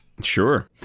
Sure